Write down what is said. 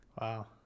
Wow